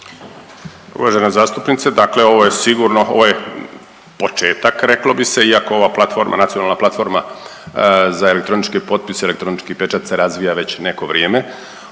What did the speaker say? Uvažena zastupnice dakle ovo je sigurno, ovo je početak reklo bi se iako ova platforma, nacionalna platforma za elektronički potpis i elektronički pečat se razvija već neko vrijeme.